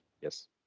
yes